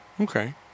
okay